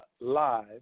Live